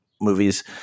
movies